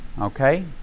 Okay